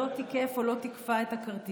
לא תיקף או לא תיקפה את הכרטיס.